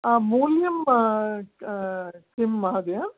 आं मूल्यं किं महोदय